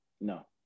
No